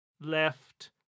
left